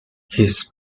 his